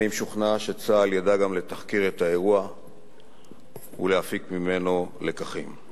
אני משוכנע שצה"ל ידע גם לתחקר את האירוע ולהפיק ממנו לקחים.